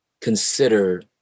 consider